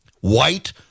White